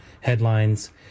headlines